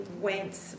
went